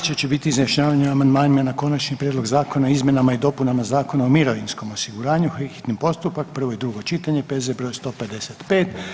Sljedeći će biti izjašnjavanje o amandmanima na Konačni prijedlog Zakona o izmjenama i dopunama Zakona o mirovinskom osiguranju, hitni postupak, prvo i drugo čitanje, P.Z. br. 155.